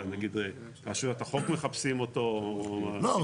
שרשויות החוק מחפשות אותו או --- לא,